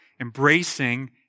Embracing